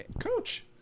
Coach